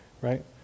right